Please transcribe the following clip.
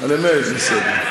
למאיר, בסדר.